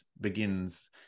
begins